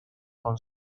con